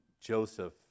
Joseph